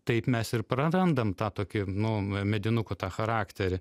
taip mes ir prarandam tą tokį nu medinukų tą charakterį